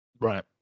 Right